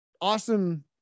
awesome